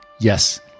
Yes